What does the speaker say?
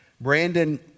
Brandon